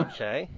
Okay